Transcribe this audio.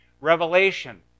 Revelation